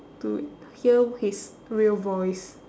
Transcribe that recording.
to hear his real voice